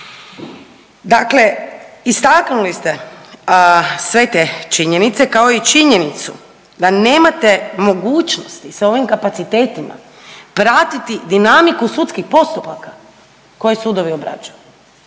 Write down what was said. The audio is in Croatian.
Dakle, istaknuli ste sve te činjenice kao i činjenicu da nemate mogućnosti sa ovim kapacitetima pratiti dinamiku sudskih postupaka koje sudovi obrađuju.